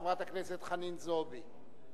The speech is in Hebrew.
חברת הכנסת חנין זועבי.